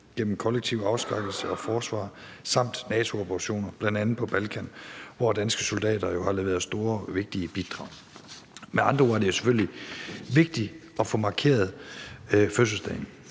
gennem kollektiv afskrækkelse og forsvar samt NATO-operationer, bl.a. på Balkan, hvor danske soldater jo har leveret store, vigtige bidrag. Med andre ord er det selvfølgelig vigtigt at få markeret fødselsdagen.